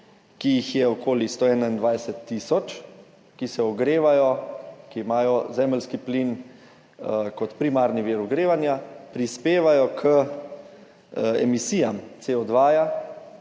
ki jih je okoli 121 tisoč, ki imajo zemeljski plin kot primarni vir ogrevanja, prispevajo k emisijam CO2